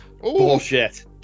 Bullshit